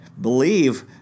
believe